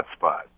hotspot